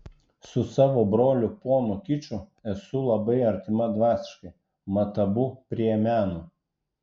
su savo broliu ponu kiču esu labai artima dvasiškai mat abu prie meno